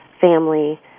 family